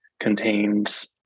contains